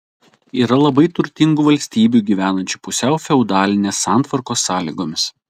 yra labai turtingų valstybių gyvenančių pusiau feodalinės santvarkos sąlygomis